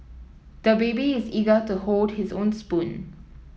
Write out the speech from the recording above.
the baby is eager to hold his own spoon